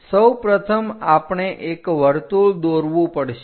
સૌપ્રથમ આપણે એક વર્તુળ દોરવું પડશે